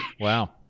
Wow